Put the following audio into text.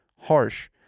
harsh